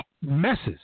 messes